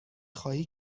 خواهی